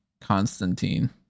Constantine